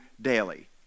daily